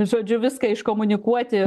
žodžiu viską iškomunikuoti